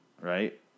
Right